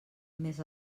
més